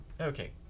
Okay